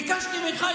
ביקשתי ממך,